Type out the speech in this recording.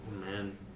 man